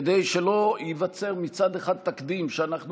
כדי שלא ייווצר מצד אחד תקדים שאנחנו